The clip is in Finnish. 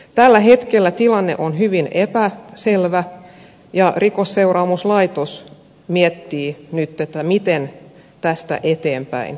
tällä hetkellä tilanne on hyvin epäselvä ja rikosseuraamuslaitos miettii nyt miten tästä eteenpäin